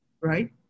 right